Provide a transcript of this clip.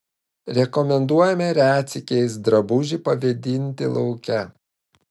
rekomenduojame retsykiais drabužį pavėdinti lauke